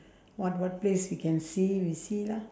what what place he can see we'll see lah